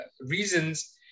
reasons